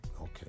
Okay